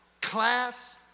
class